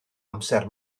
amser